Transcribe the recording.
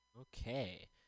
Okay